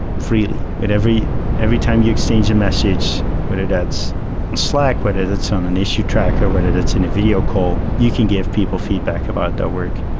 freely. but every every time you exchange a message, whether that's slack, whether that's on an issue tracker, whether that's in a video call, you can give people feedback about their work.